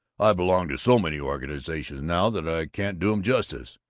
i belong to so many organizations now that i can't do em justice,